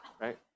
Right